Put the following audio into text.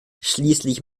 schließlich